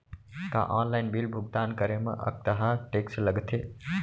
का online bill भुगतान करे मा अक्तहा टेक्स लगथे?